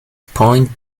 point